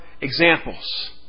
examples